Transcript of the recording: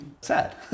sad